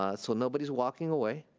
ah so nobody's walking away.